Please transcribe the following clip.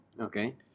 Okay